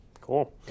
Cool